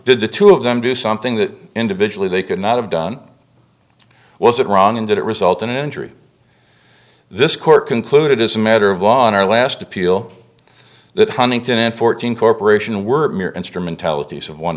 did the two of them do something that individually they could not have done was it wrong and did it result in injury this court concluded as a matter of law in our last appeal that huntington and fourteen corporation were mere instrument